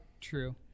true